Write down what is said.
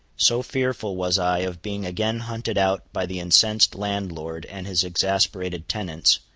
so fearful was i of being again hunted out by the incensed landlord and his exasperated tenants,